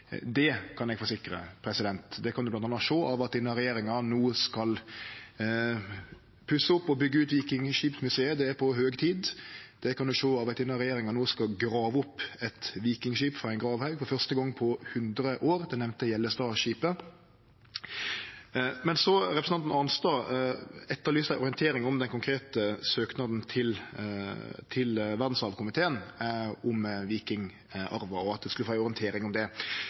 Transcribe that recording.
Det kan eg forsikre. Det kan ein bl.a. sjå av at denne regjeringa no skal pusse opp og byggje ut Vikingskipsmuseet. Det er på høg tid. Det kan ein sjå av at denne regjeringa no skal grave opp eit vikingskip frå ein gravhaug for første gong på 100 år, det nemnde Jellestadskipet. Så etterlyste representanten Arnstad ei orientering om den konkrete søknaden til verdsarvkomiteen om vikingarven, og at ein skulle få ei orientering om det.